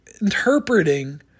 interpreting